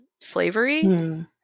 slavery